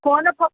phone